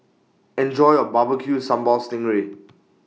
Enjoy your Barbecue Sambal Sting Ray